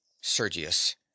Sergius